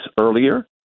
earlier